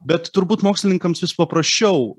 bet turbūt mokslininkams vis paprasčiau